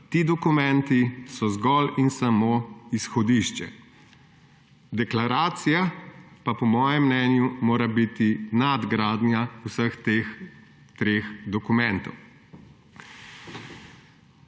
ti dokumenti so zgolj in samo izhodišče, deklaracija pa mora biti po mojem mnenju nadgradnja vseh teh treh dokumentov.